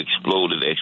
exploded